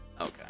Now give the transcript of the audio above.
okay